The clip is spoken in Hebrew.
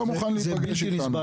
לא מוכן להיפגש איתנו.